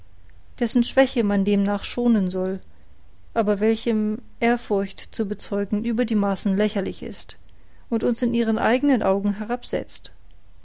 dessen schwäche man demnach schonen soll aber welchem ehrfurcht zu bezeugen über die maßen lächerlich ist und uns in ihren eigenen augen herabsetzt